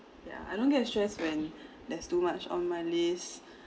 yeah I don't get stressed when there's too much on my list